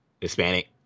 Hispanic